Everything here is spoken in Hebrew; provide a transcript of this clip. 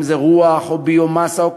רק